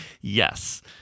Yes